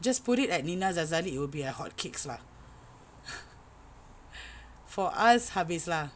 just put it at Nina Sazali it will be a hot kicks lah for us habis lah